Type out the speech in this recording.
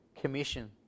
commission